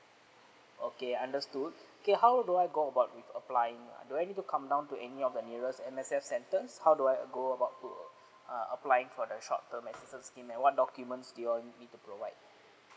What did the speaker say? okay understood okay how do I go about with applying ah do I need to come down to any of the nearest M_S_F sentence how do I go about to err applying for the short term assistance and what documents do you all need me to provide